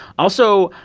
also,